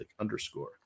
underscore